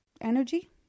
energy